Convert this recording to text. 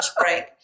break